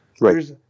Right